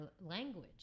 language